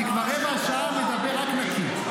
אני כבר רבע שעה מדבר רק נקי.